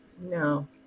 No